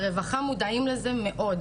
הרווחה מודעים לזה מאוד,